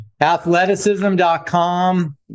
Athleticism.com